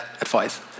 advice